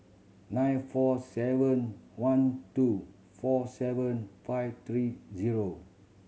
nine four seven one two four seven five three zero